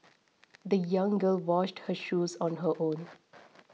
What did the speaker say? the young girl washed her shoes on her own